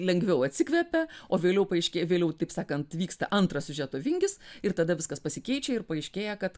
lengviau atsikvepia o vėliau paaiškėja vėliau taip sakant vyksta antras siužeto vingis ir tada viskas pasikeičia ir paaiškėja kad